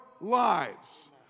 lives